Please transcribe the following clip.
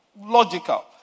Logical